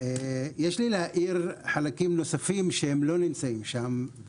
יש לי להאיר חלקים שהם לא נמצאים שם.